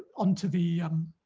onto the um